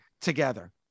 together